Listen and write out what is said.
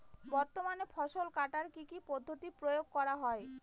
বর্তমানে ফসল কাটার কি কি পদ্ধতি প্রয়োগ করা হয়?